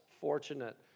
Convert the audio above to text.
fortunate